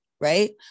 right